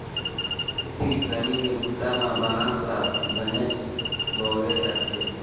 खेती किसानी के बूता म बांस ल बनेच बउरे जाथे